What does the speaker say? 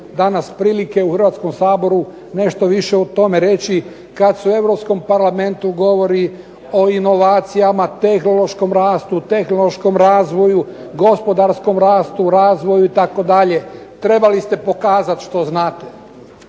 danas prilike u Hrvatskom saboru nešto više o tome reći, kad se u Europskom parlamentu govori o inovacijama, tehnološkom rastu, tehnološkom razvoju, gospodarskom rastu, razvoju itd., trebali ste pokazati što znate.